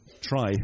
try